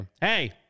Hey